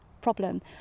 problem